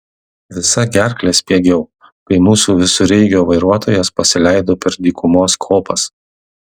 visa gerkle spiegiau kai mūsų visureigio vairuotojas pasileido per dykumos kopas